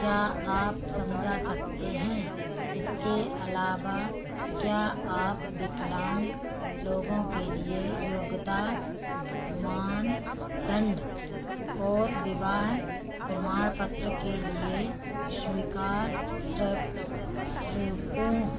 क्या आप समझा सकते हैं इसके अलावा क्या आप विकलांग लोगों के लिए योग्यता मानदंड और विवाह प्रमाण पत्र के लिए स्वीकार स्र स्रोतों